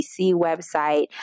website